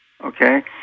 okay